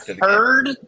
heard